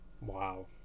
Wow